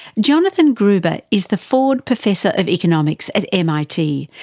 jonathan gruber is the ford professor of economics at mit,